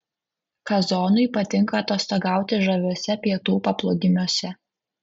kazonui patinka atostogauti žaviuose pietų paplūdimiuose